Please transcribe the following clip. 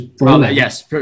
Yes